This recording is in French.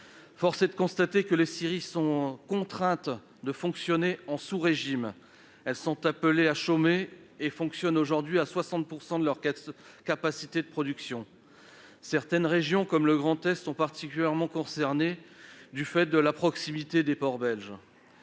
Force est de le constater, les scieries sont contraintes de fonctionner en sous-régime. Elles sont appelées à chômer et fonctionnent aujourd'hui à 60 % de leurs capacités de production. La région Grand Est se trouve particulièrement concernée, du fait de la proximité des ports belges.